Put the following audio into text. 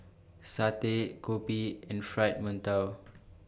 Satay Kopi and Fried mantou